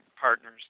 partners